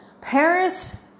Paris